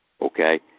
okay